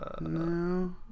No